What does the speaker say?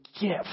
gift